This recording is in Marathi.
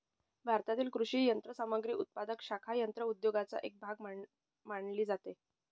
भारतातील कृषी यंत्रसामग्री उत्पादक शाखा यंत्र उद्योगाचा एक भाग मानली जाते